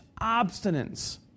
obstinance